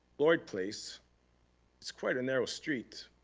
floyd place is quite a narrow street.